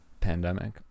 pandemic